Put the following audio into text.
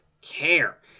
care